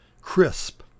crisp